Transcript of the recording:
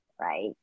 right